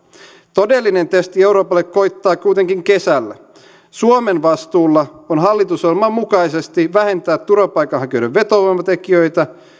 todellinen testi euroopalle koittaa kuitenkin kesällä suomen vastuulla on hallitusohjelman mukaisesti vähentää turvapaikanhakijoiden vetovoimatekijöitä